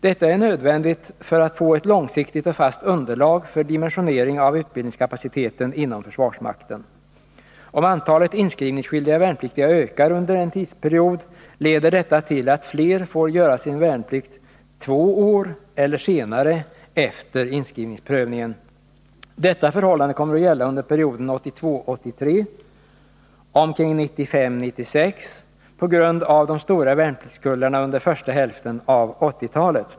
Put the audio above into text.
Detta är nödvändigt för att man skall kunna få ett långsiktigt och fast underlag för dimensionering av utbildningskapaciteten inom försvarsmakten. Om antalet inskrivningsskyldiga värnpliktiga ökar under en tidsperiod leder detta till att fler får göra sin värnplikt två år efter inskrivningsprövningen eller senare. Detta förhållande kommer att gälla under perioden 1982 96 på grund av de stora värnpliktskullarna under första hälften av 1980-talet.